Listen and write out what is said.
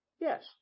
Yes